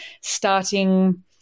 starting –